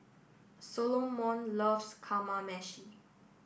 Solomon loves Kamameshi